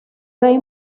rey